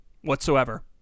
whatsoever